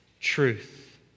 truth